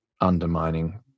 undermining